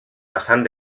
passant